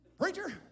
preacher